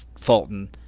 fulton